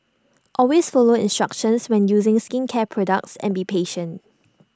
always follow instructions when using skincare products and be patient